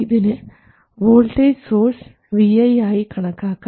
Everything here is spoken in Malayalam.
ഇതിന് വോൾട്ടേജ് സോഴ്സ് Vi ആയി കണക്കാക്കാം